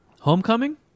Homecoming